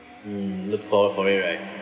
mm look forward for it right